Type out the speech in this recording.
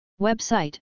Website